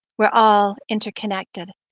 we're all interconnected.